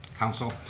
council,